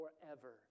forever